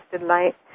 light